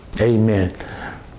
Amen